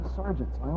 sergeants